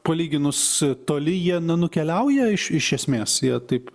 palyginus toli jie nukeliauja iš iš esmės jie taip